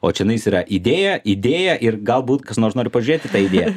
o čionais yra idėja idėja ir galbūt kas nors nori pažiūrėt į tą idėją